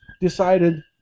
decided